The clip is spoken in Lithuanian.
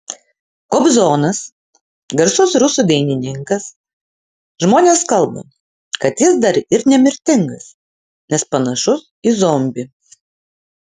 kobzonas garsus rusų dainininkas žmonės kalba kad jis dar ir nemirtingas nes panašus į zombį